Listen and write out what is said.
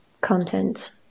content